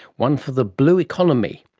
one for the blue economy.